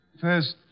First